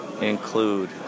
include